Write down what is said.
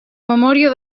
memòria